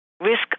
risk